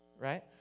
right